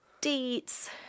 dates